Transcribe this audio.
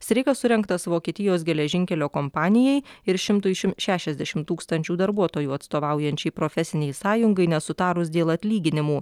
streikas surengtas vokietijos geležinkelio kompanijai ir šimtui šešiasdešimt tūkstančių darbuotojų atstovaujančiai profesinei sąjungai nesutarus dėl atlyginimų